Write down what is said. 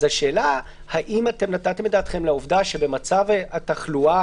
לכן השאלה היא האם נתתם את דעתכם לעובדה שבמצב התחלואה